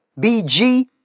BG